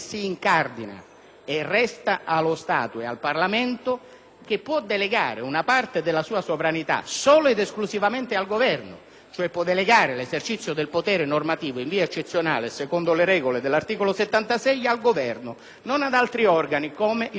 particolare al Parlamento, che può delegare una parte della sua sovranità solo ed esclusivamente al Governo, cioè può ad esso delegare l'esercizio del potere normativo in via eccezionale secondo le regole dell'articolo 76 della Costituzione, non ad altri organi come il comitato permanente.